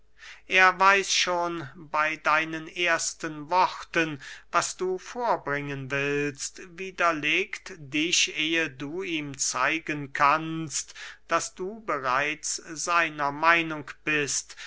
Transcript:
er weiß schon bey deinen ersten worten was du vorbringen willst widerlegt dich ehe du ihm zeigen kannst daß du bereits seiner meinung bist